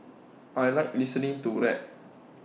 I Like listening to rap